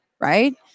right